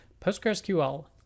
PostgreSQL